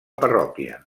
parròquia